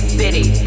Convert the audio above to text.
city